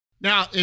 Now